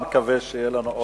נקווה שיהיה לנו עוד יותר.